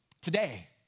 today